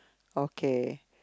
okay